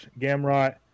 Gamrot